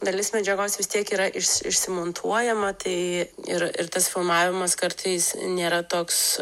dalis medžiagos vis tiek yra iš išsimontuojama tai ir ir tas filmavimas kartais nėra toks